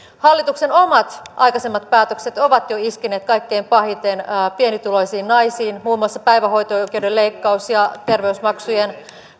hallituksen omat aikaisemmat päätökset ovat jo iskeneet kaikkein pahiten pienituloisiin naisiin muun muassa päivähoito oikeuden leikkaus ja terveysmaksujen